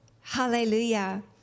Hallelujah